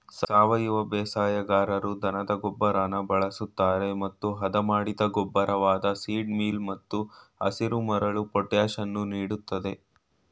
ಸಾವಯವ ಬೇಸಾಯಗಾರರು ದನದ ಗೊಬ್ಬರನ ಬಳಸ್ತರೆ ಮತ್ತು ಹದಮಾಡಿದ ಗೊಬ್ಬರವಾದ ಸೀಡ್ ಮೀಲ್ ಮತ್ತು ಹಸಿರುಮರಳು ಪೊಟ್ಯಾಷನ್ನು ನೀಡ್ತದೆ